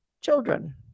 children